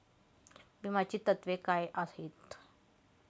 विम्याची तत्वे काय आहेत?